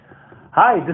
Hi